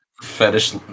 fetish